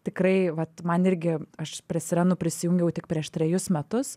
tikrai vat man irgi aš prie sirenų prisijungiau tik prieš trejus metus